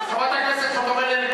חברת הכנסת חוטובלי,